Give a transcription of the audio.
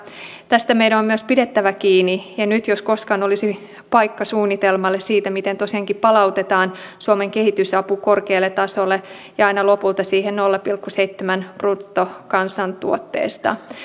tästä meidän on myös pidettävä kiinni ja nyt jos koskaan olisi paikka suunnitelmalle siitä miten tosiaankin palautetaan suomen kehitysapu korkealle tasolle ja aina lopulta siihen nolla pilkku seitsemään prosenttiin bruttokansantuotteesta